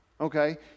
okay